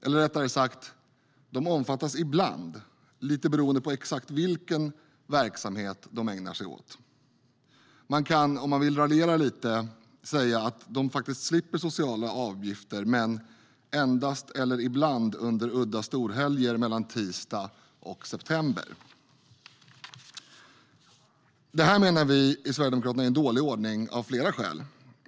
Eller rättare sagt, de omfattas ibland, lite beroende på exakt vilken verksamhet de ägnar sig åt. Man kan, om man vill, lite raljerande säga att de slipper sociala avgifter, men "endast eller ibland under udda storhelger mellan tisdag och september". Det här menar vi sverigedemokrater är en dålig ordning av flera skäl.